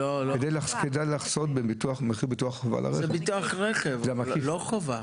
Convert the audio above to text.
זה ביטוח רכב, לא חובה.